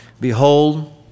Behold